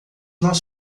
nós